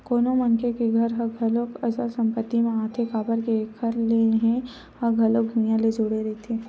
कोनो मनखे के घर ह घलो अचल संपत्ति म आथे काबर के एखर नेहे ह घलो भुइँया ले जुड़े रहिथे